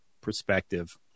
perspective